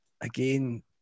again